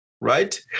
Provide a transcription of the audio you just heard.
Right